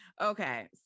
Okay